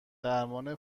درمان